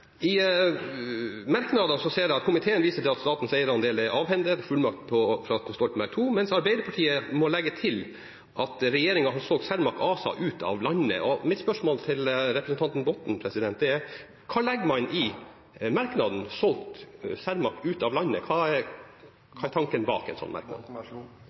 I merknadene viser komiteen til at «statens eierandel er avhendet og at fullmakt utstedt under Stoltenberg II er benyttet», mens Arbeiderpartiet må legge til at «regjeringen har solgt Cermaq ASA ut av landet». Mitt spørsmål til representanten Botten er: Hva legger man i merknaden «solgt Cermaq ut av landet»? Hva er tanken bak en sånn merknad?